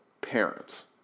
parents